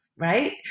Right